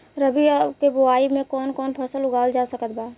रबी के बोआई मे कौन कौन फसल उगावल जा सकत बा?